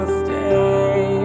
stay